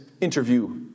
interview